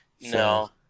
No